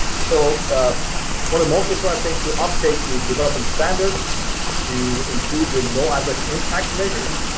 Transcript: so one of the most important things to update, the developing standards to include the no adverse impact measures.